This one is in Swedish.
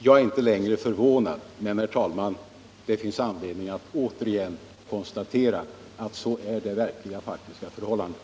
Jag är inte längre förvånad. Men, herr talman, det finns anledning att återigen konstatera att så är det verkliga faktiska förhållandet.